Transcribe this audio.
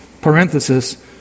parenthesis